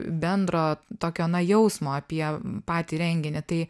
bendro tokio na jausmo apie patį renginį tai